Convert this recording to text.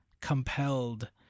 compelled